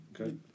Okay